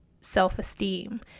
self-esteem